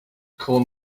corn